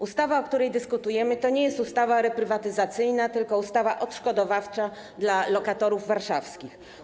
Ustawa, o której dyskutujemy, to nie jest ustawa reprywatyzacyjna, tylko ustawa odszkodowawcza dla lokatorów warszawskich.